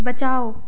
बचाओ